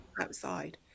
outside